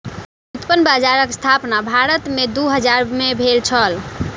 व्युत्पन्न बजारक स्थापना भारत में वर्ष दू हजार में भेल छलै